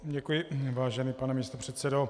Děkuji, vážený pane místopředsedo.